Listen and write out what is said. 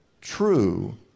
True